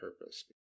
purpose